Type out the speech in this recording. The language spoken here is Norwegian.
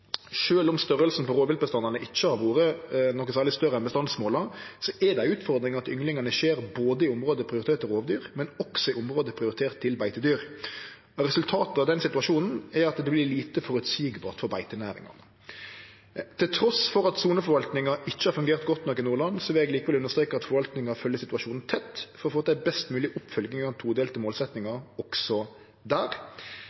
om størrelsen på rovviltbestandane ikkje har vore noko særleg større enn bestandsmåla, er det ei utfordring at ynglingane skjer både i område prioritert til rovdyr og i område priorterte til beitedyr. Resultatet av den situasjonen er at det vert lite føreseieleg for beitenæringa. Trass i at soneforvaltinga ikkje har fungert godt nok i Nordland, vil eg likevel understreke at forvaltinga følgjer situasjonen tett for å få til ei best mogleg oppfølging av den todelte